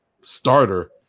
starter